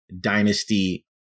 Dynasty